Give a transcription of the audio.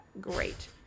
Great